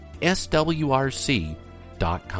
swrc.com